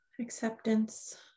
Acceptance